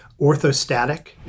orthostatic